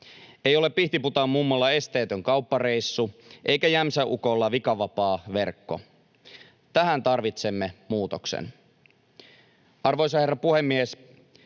Ei ole pihtiputaanmummolla esteetön kauppareissu eikä jämsänukolla vikavapaa verkko. Tähän tarvitsemme muutoksen. Arvoisa herra puhemies!